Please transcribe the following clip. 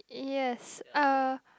yes uh